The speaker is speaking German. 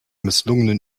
misslungenen